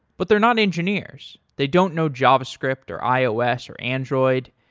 but they're not engineers. they don't know javascript or ios or android,